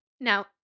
Now